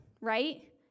right